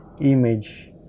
image